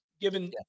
given